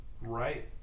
Right